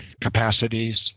capacities